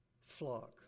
flock